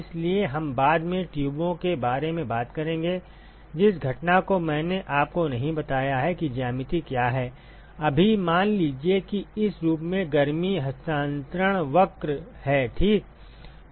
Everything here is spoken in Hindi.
इसलिए हम बाद में ट्यूबों के बारे में बात करेंगे जिस घटना को मैंने आपको नहीं बताया है कि ज्यामिति क्या है अभी मान लीजिए कि इस रूप में गर्मी हस्तांतरण वक्र है ठीक